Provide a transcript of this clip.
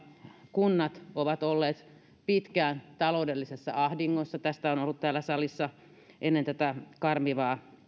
kunnat ovat olleet pitkään taloudellisessa ahdingossa tästä on on ollut täällä salissa jo ennen tätä karmivaa